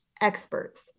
experts